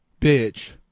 Bitch